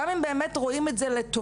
גם אם הם באמת רואים את זה לטובה,